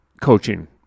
Coaching